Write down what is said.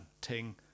ting